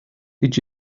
did